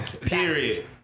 period